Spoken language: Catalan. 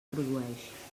produeix